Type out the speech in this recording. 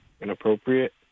inappropriate